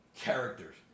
characters